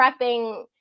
prepping